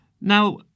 Now